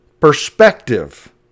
perspective